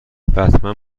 بتمن